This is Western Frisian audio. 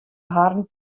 harren